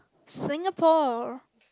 Singapore